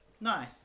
Nice